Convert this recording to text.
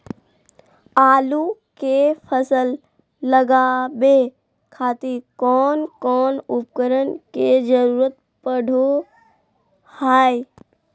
आलू के फसल लगावे खातिर कौन कौन उपकरण के जरूरत पढ़ो हाय?